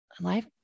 life